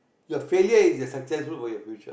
ya failure is the successful for your future